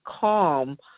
calm